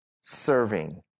serving